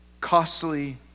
Costly